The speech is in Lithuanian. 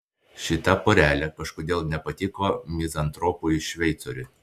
šita porelė kažkodėl nepatiko mizantropui šveicoriui